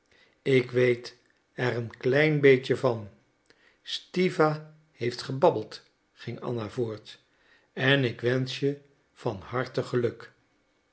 ik weet er een klein beetje van stiwa heeft gebabbeld ging anna voort en ik wensch je van harte geluk